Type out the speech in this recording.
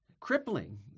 crippling